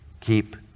Keep